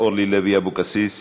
אורלי לוי אבקסיס,